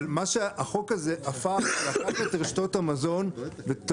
אבל החוק הזה הפך את רשתות המזון ואת